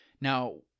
Now